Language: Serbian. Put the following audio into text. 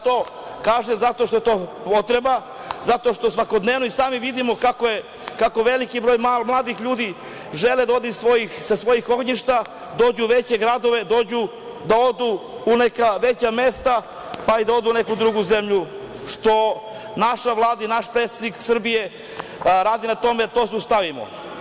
To kažem zato što je to potreba, zato što svakodnevno i sami vidimo kako veliki broj mladih ljudi želi da ode sa svojih ognjišta, dođu u veće gradove, odu u neka veća mesta, pa i da odu u neku drugu zemlju, što naša Vlada i naš predsednik Srbije rade na tome da to zaustavimo.